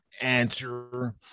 answer